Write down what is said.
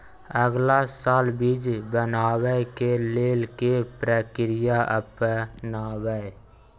अगला साल बीज बनाबै के लेल के प्रक्रिया अपनाबय?